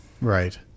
Right